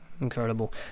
incredible